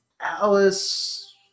Alice